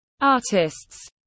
artists